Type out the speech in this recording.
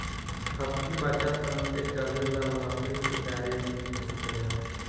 हतकी बच्चा सन के चले ला लकड़ी के गाड़ी निक होखेला